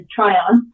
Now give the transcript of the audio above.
Tryon